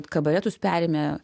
kabaretus perėmė